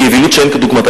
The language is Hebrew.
היא אווילות שאין כדוגמתה.